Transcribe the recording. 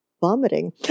vomiting